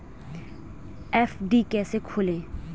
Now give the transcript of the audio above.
FD कैसे खोलें?